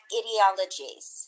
ideologies